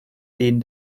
den